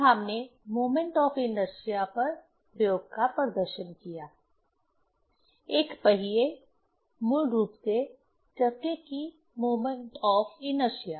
फिर हमने moment of inertia पर प्रयोग का प्रदर्शन किया एक पहिए मूल रूप से चक्के की मोमेंट ऑफ इनर्शिया